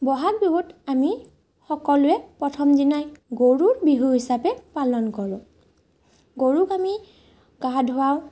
বহাগ বিহুত আমি সকলোৱে প্ৰথম দিনাই গৰুৰ বিহু হিচাপে পালন কৰোঁ গৰুক আমি গা ধোৱাওঁ